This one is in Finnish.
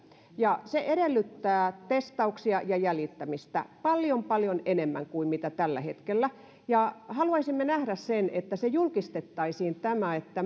ja se edellyttää testauksia ja jäljittämistä paljon paljon enemmän kuin mitä tällä hetkellä haluaisimme nähdä sen että julkistettaisiin